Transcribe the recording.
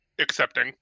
accepting